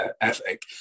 ethic